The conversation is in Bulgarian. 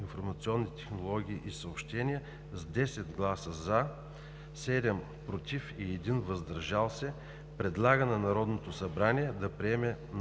информационни технологии и съобщения с 10 гласа „за“, 7 „против“ и 1 „въздържал се“ предлага на Народното събрание да приеме